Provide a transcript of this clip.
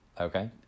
Okay